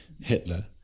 Hitler